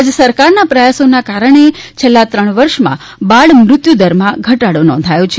રાજ્ય સરકારના પ્રયાસોના કારણે છેલ્લા ત્રણ વર્ષમાં બાળમૃત્યુ દરમાં ઘટાડો નોંધાયો છે